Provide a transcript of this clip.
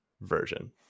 version